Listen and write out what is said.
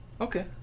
Okay